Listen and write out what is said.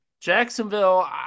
Jacksonville